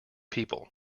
people